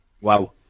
Wow